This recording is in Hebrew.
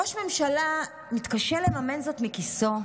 ראש ממשלה מתקשה לממן זאת מכיסו.